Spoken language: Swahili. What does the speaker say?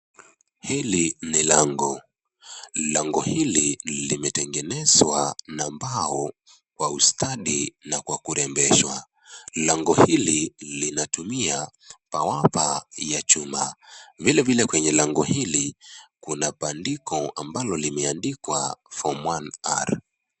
Hili ni lango. Lango hili limetengenezwa na mbao kwa ustadi na kwa kurembeshwa. Lango hili linatumia bawaba ya chuma. Vilevile kwenye lango hili kuna bandiko ambalo limeandikwa Form 1R .